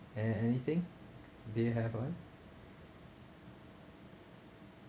an~ anything do you have one